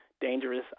dangerous